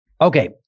Okay